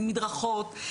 אין מדרכות,